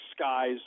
skies